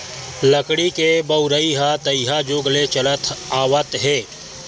लकड़ी के बउरइ ह तइहा जुग ले चलत आवत हे